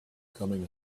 coming